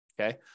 okay